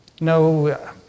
No